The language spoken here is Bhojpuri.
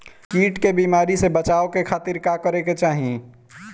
कीट के बीमारी से बचाव के खातिर का करे के चाही?